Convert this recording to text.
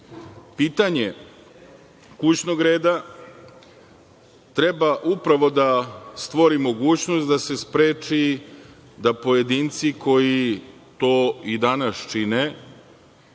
kućnog reda treba upravo da stvori mogućnost da se spreči da pojedinci koji to i danas čine,